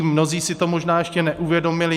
Mnozí si to možná ještě neuvědomili.